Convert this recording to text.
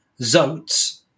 Zotes